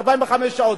45 שעות,